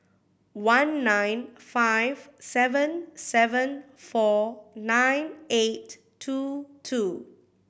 one nine five seven seven four nine eight two two